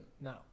No